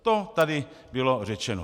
To tady bylo řečeno.